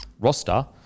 roster